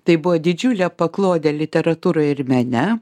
tai buvo didžiulė paklodė literatūroj ir mene